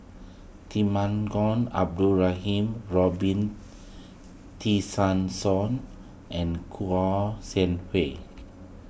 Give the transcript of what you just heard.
Temenggong Abdul Rahman Robin Tessensohn and Kouo Shang Wei